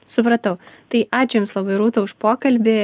supratau tai ačiū jums labai rūta už pokalbį